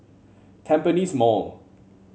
Tampines Mall